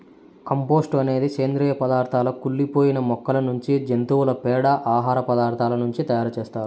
compost అనేది సేంద్రీయ పదార్థాల కుళ్ళి పోయిన మొక్కల నుంచి, జంతువుల పేడ, ఆహార పదార్థాల నుంచి తయారు చేత్తారు